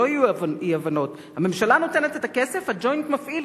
שלא יהיו אי-הבנות: הממשלה נותנת את הכסף וה"ג'וינט" מפעיל.